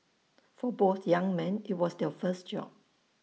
for both young men IT was their first job